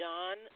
John